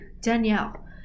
Danielle